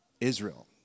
Israel